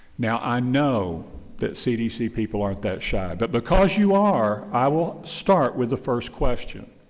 now, i know that cdc people aren't that shy. but because you are, i will start with the first question.